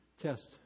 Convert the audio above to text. test